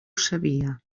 sabia